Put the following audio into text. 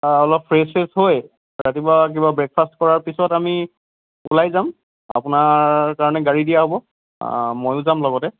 অলপ ফ্ৰেচ চেচ হৈ ৰাতিপুৱা কিবা ব্ৰেকফাষ্ট কৰাৰ পিছত আমি ওলাই যাম আপোনাৰ কাৰণে গাড়ী দিয়া হব মইও যাম লগতে